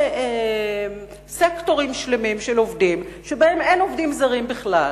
בחברה הישראלית סביב שני פתרונות מקסם השווא האלה,